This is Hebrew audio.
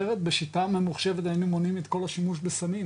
אחרת בשיטה ממוחשבת היינו מונעים את כל השימוש בסמים,